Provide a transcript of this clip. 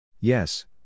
Yes